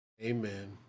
Amen